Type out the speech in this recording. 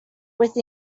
with